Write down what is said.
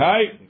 Right